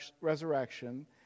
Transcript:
resurrection